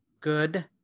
good